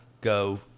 go